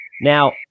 Now